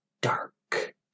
Dark